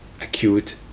acute